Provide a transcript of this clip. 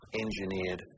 engineered